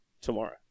tomorrow